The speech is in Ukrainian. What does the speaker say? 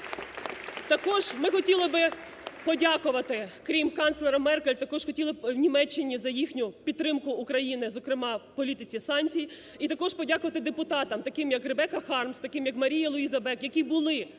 Також ми хотіли би подякувати, крім канцлера Меркель, також хотіли б – Німеччині за їхню підтримку України, зокрема, політиці санкцій. І також подякувати депутатам таким як Ребекка Хармс, таким як Марія Луїза Бек, які були